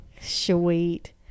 sweet